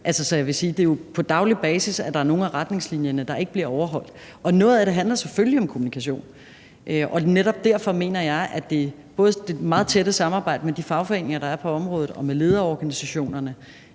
jo er på daglig basis, at der er nogle af retningslinjerne, der ikke bliver overholdt. Noget af det handler selvfølgelig om kommunikation. Netop derfor mener jeg, at det meget tætte samarbejde med de fagforeninger, der er på området, og med lederorganisationerne